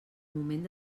moment